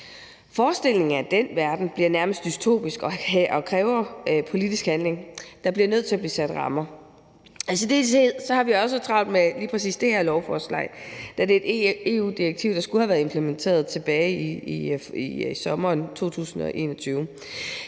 Forestillingen om den verden bliver nærmest dystopisk, og det kræver politisk handling. Der bliver nødt til at blive sat rammer. I særdeleshed har vi også travlt med lige præcis det her lovforslag, da det er et EU-direktiv, der skulle have været implementeret tilbage i sommeren 2021.